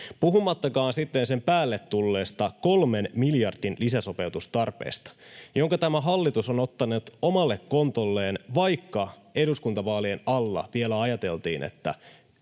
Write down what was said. Puhumattakaan sitten sen päälle tulleesta kolmen miljardin lisäsopeutustarpeesta, jonka tämä hallitus on ottanut omalle kontolleen, vaikka eduskuntavaalien alla vielä ajateltiin, että